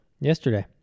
Yesterday